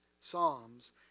Psalms